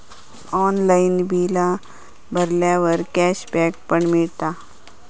online बिला भरल्यावर cashback पण मिळता